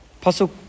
Pasuk